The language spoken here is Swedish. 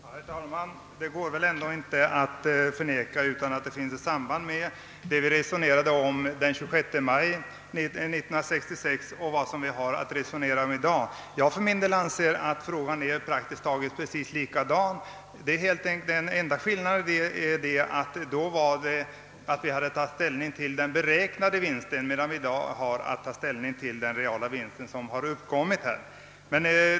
Herr talman! Det går väl ändå inte att förneka att det finns ett samband mellan vad vi resonerade om den 26 maj 1966 och vad vi har att resonera om i dag. Jag för min del anser att frågan är praktiskt taget densamma. Den enda skillnaden är att vi då hade att ta ställning till den beräknade vinsten, medan vi i dag har att ta ställning till den reala riksbanksvinsten som har uppkommit under 1966.